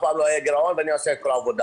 פעם לא הייתי בגירעון ואני עושה את כל העבודה.